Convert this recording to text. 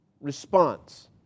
response